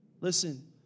Listen